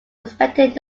respected